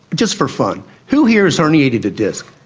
just for fun, who here has herniated a disc?